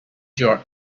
your